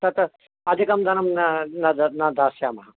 तत् अधिकं धनं न नद् न दास्यामः